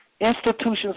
institutions